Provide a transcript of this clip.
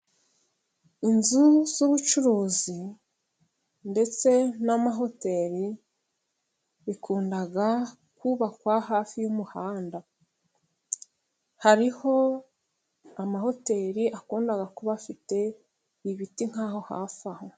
Inzuzu zucuruzi ndetse n'amahoteri, bikunda kubakwa hafi y'umuhanda, hariho amahoteri akunda kuba afite ibiti nkaho hafi aho.